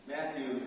Matthew